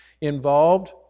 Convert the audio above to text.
involved